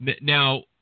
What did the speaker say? now